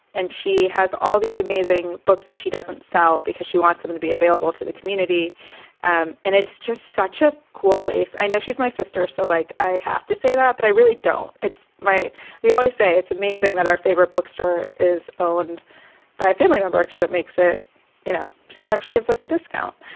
and she has all these amazing books that she doesn't sell because she wants them to be available to the community and and it's just such a cool place. i know she's my sister, so, like, i have to say that, but i really don't. it's why we always say it's amazing that our favorite bookstore is owned by a family member, because it makes it you know, sometimes she gives us a discount.